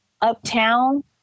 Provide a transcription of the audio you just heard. uptown